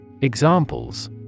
Examples